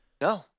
No